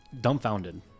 dumbfounded